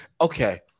Okay